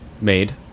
made